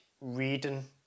reading